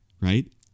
Right